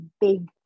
big